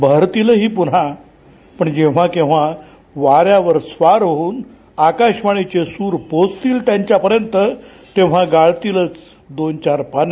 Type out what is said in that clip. बहरतीलही पुन्हा पण जेव्हा केव्हा वाऱ्यावर स्वार होऊन आकाशवाणीचे सूर पोहोचतील त्यांच्यापर्यंत तेव्हा गाळतीलच दोन चार पान